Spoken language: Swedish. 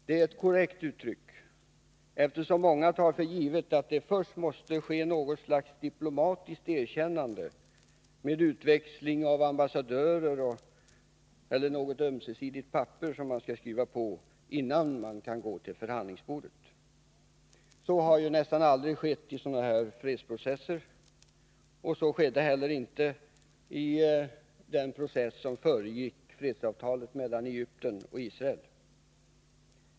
Det är ett korrekt uttryck; många tar för givet att det måste ske något slags diplomatiskt erkännande med utväxling av ambassadörer eller något papper som man ömsesidigt skall skriva på, innan man kan gå till förhandlingsbordet. Så har nästan aldrig skett i sådana här fredsprocesser, och så skedde inte heller i den process som föregick fredsavtalet mellan Egypten och Israel.